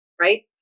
right